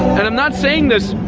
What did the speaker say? and i'm not saying this,